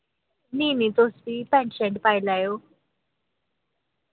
नेईं नेईं तुस बी पैंट शर्ट पाई लैयो